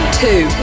two